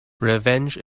revenge